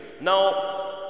Now